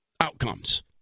outcomes